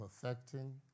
perfecting